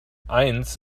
eins